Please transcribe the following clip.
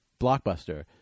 Blockbuster